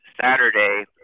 Saturday